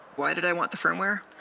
why did i want the firmware?